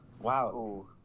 Wow